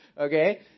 Okay